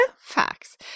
facts